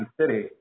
city